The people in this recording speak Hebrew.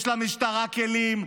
יש למשטרה כלים,